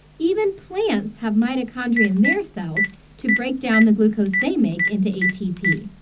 even plants have mitochondria in their cells to break down the glucose they make into atp.